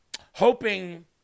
Hoping